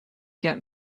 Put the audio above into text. get